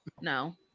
No